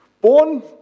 born